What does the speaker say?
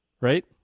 right